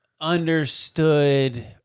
understood